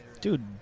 Dude